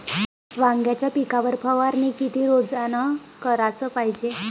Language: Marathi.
वांग्याच्या पिकावर फवारनी किती रोजानं कराच पायजे?